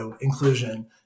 inclusion